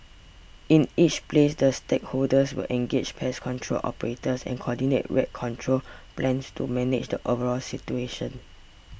in each place the stakeholders will engage pest control operators and coordinate rat control plans to manage the overall situation